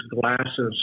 glasses